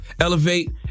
elevate